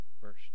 first